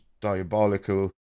diabolical